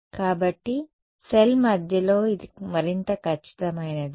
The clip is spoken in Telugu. కాబట్టి సెల్ మధ్యలో ఇది మరింత ఖచ్చితమైనది